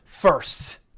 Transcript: first